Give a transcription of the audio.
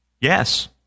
Yes